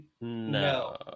No